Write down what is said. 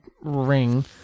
ring